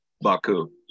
baku